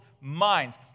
minds